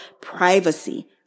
privacy